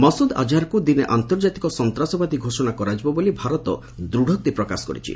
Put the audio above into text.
ମସୁଦ୍ ଅଜହର୍କୁ ଦିନେ ଆର୍ଡର୍ଜାତିକ ସନ୍ତାସବାଦୀ ଘୋଷଣା କରାଯିବ ବୋଳି ଭାରତ ଦୂଡ଼ୋକ୍ତି ପ୍ରକାଶ କରିଛି